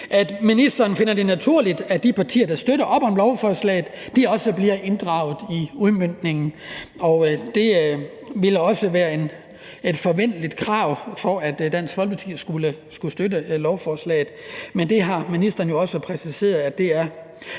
at ministeren finder det naturligt, at de partier, der støtter op om lovforslaget, også bliver inddraget i udmøntningen. Det vil også være et forventeligt krav, for at Dansk Folkeparti skulle støtte lovforslaget. Men ministeren har også præciseret, at det er